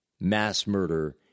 mass-murder